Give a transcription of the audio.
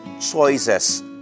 choices